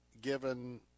given